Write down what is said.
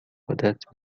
خودت